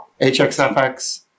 HXFX